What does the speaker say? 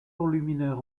enlumineur